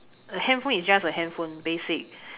a handphone is just a handphone basic